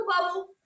bubble